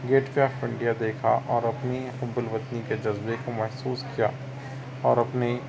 get way of India دیکھا اور اپنی حُبّ الوطنی کے جذبے کو محسوس کیا اور اپنی